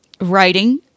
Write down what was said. writing